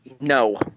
No